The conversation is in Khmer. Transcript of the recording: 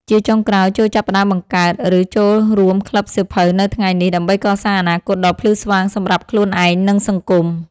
ជាចុងក្រោយ ចូរចាប់ផ្ដើមបង្កើត ឬចូលរួមក្លឹបសៀវភៅនៅថ្ងៃនេះ ដើម្បីកសាងអនាគតដ៏ភ្លឺស្វាងសម្រាប់ខ្លួនឯង និងសង្គម។